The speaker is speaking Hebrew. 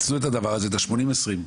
את ה-80-20,